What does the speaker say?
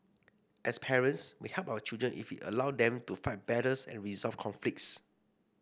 as parents we help our children if we allow them to fight battles and resolve conflicts